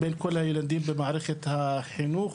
בין כל הילדים במערכת החינוך,